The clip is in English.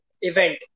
event